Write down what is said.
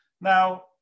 now